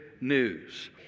news